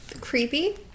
Creepy